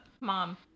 Mom